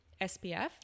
SPF